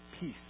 peace